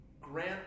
grant